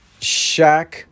Shaq